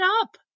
up